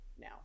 now